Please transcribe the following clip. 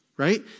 Right